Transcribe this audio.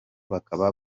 bakaba